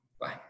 Bye